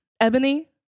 ebony